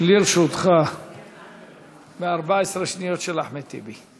לרשותך ו-14 שניות של אחמד טיבי.